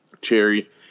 cherry